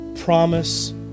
Promise